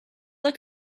the